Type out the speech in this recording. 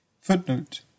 Footnote